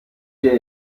jett